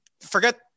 forget